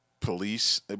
police